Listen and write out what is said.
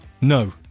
no